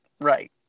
Right